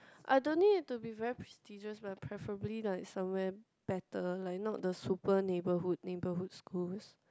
I don't need it to be very prestigious one preferably like somewhere better like not the super neighbourhood neighbourhood schools